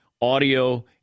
audio